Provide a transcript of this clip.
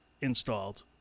installed